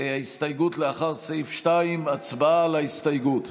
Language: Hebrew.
הסתייגות לאחר סעיף 2. הצבעה על ההסתייגות.